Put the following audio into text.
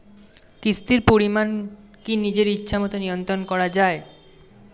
কিস্তির পরিমাণ কি নিজের ইচ্ছামত নিয়ন্ত্রণ করা যায়?